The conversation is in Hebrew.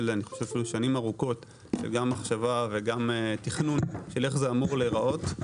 שנים ארוכות של מחשבה וגם תכנון של איך זה אמור להיראות.